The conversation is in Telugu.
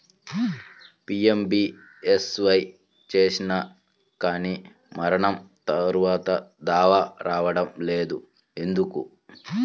పీ.ఎం.బీ.ఎస్.వై చేసినా కానీ మరణం తర్వాత దావా రావటం లేదు ఎందుకు?